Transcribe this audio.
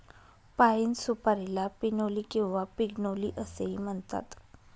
पाइन सुपारीला पिनोली किंवा पिग्नोली असेही म्हणतात